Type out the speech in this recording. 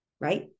right